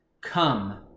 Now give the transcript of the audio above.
Come